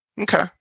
Okay